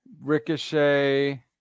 Ricochet